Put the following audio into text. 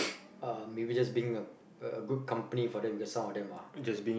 uh maybe just being a a good company for them because some of them are